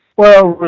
well,